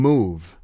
Move